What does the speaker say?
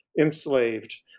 enslaved